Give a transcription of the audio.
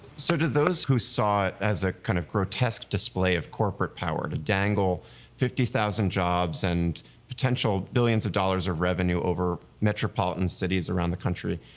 so to those who saw it as a kind of grotesque display of corporate power, to dangle fifty thousand jobs and potential billions of dollars of revenue over metropolitan cities around the country,